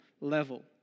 level